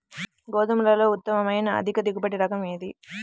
గోధుమలలో ఉత్తమమైన అధిక దిగుబడి రకం ఏది?